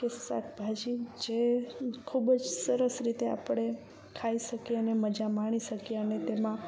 તો શાકભાજી જે ખૂબ જ સરસ રીતે આપણે ખાઈ શકીએ અને મજા માણી શકીએ અને તેમાં